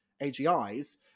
agis